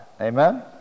Amen